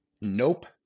Nope